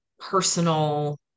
personal